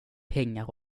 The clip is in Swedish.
pengar